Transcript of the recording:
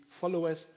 followers